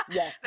Yes